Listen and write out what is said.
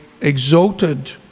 exalted